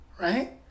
right